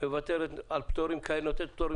ונותנת פטורים.